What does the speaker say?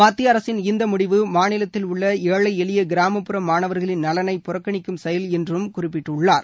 மத்திய அரசின் இந்த முடிவு மாநிலத்தில் உள்ள ஏழழ எளிய கிராமப்புற மாணவர்களின் நலனைப் புறக்கணிக்கும் செயல் என்றும் குறிப்பிட்டுள்ளார்